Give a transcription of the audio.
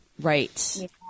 Right